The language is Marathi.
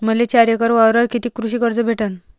मले चार एकर वावरावर कितीक कृषी कर्ज भेटन?